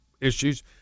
issues